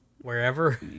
Wherever